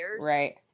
Right